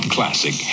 Classic